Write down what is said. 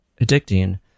addicting